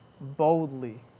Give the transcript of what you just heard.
boldly